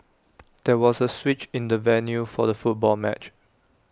there was A switch in the venue for the football match